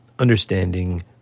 understanding